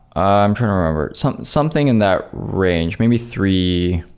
i'm trying to remember. something something in that range. maybe three,